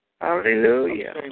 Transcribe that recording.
Hallelujah